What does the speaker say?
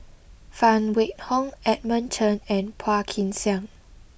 Phan Wait Hong Edmund Chen and Phua Kin Siang